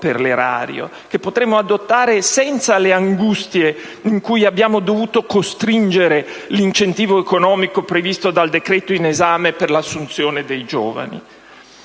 che potremmo adottare senza le angustie in cui abbiamo dovuto costringere l'incentivo economico previsto dal decreto in esame per l'assunzione dei giovani.